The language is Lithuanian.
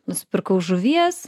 nusipirkau žuvies